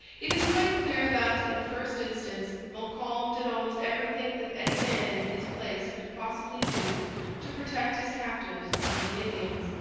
it is quite clear that, in the first instance, montcalm did almost everything that any man in his place could possibly do to protect his captives from the indians.